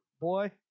boy